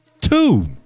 two